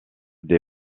des